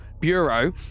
Bureau